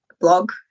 blog